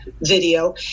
video